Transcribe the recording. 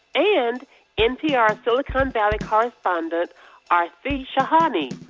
and npr silicon valley correspondent aarti shahani.